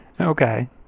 Okay